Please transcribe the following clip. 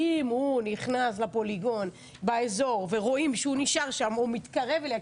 אם הוא נכנס לפוליגון באזור ורואים שהוא נשאר שם או מתקרב אליה.